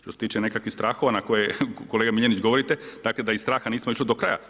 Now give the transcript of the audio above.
Što se tiče nekakvih strahova na koje kolega Miljenić govorite, dakle, da iz straha nismo išli do kraja.